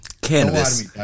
Cannabis